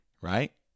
right